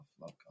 love